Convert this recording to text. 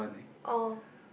oh